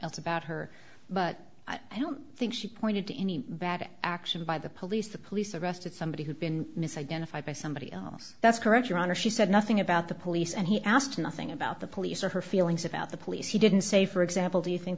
about her but i don't think she pointed to any bad action by the police the police arrested somebody who'd been mis identified by somebody else that's correct your honor she said nothing about the police and he asked nothing about the police or her feelings about the police he didn't say for example do you think